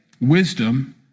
wisdom